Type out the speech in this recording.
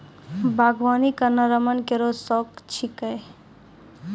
बागबानी करना रमन केरो शौक छिकै